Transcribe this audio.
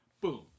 boom